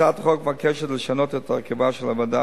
הצעת החוק מבקשת לשנות את הרכבה של הוועדה